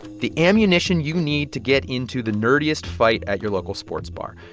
the ammunition you need to get into the nerdiest fight at your local sports bar.